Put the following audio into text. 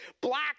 black